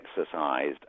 exercised